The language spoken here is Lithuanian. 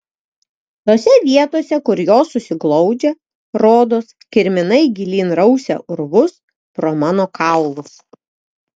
tose vietose kur jos susiglaudžia rodos kirminai gilyn rausia urvus pro mano kaulus